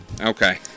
Okay